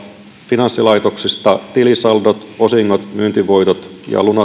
finanssilaitoksista tilisaldot osingot myyntivoitot ja